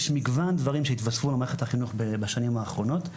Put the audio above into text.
יש מגוון דברים שהתווספו למערכת החינוך בשנים האחרונות,